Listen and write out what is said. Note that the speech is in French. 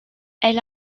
elle